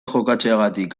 jokatzeagatik